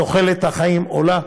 תוחלת החיים עולה.